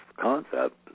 concept